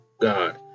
god